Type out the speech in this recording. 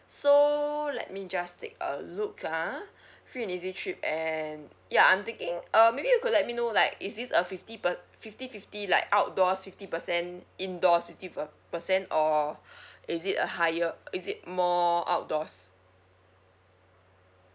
so let me just take a look ah free and easy trip and ya I'm thinking uh maybe you could let me know like is this a fifty per~ fifty fifty like outdoors fifty percent indoors fifty per~ percent or is it a higher is it more outdoors